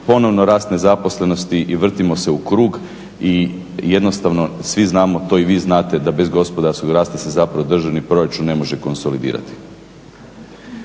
ponovno rast nezaposlenosti i vrtimo se u krug i jednostavno svi znamo to i vi znate da bez gospodarskog rasta se zapravo državni proračun ne može konsolidirati.